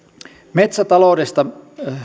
metsätaloudesta